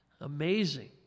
Amazing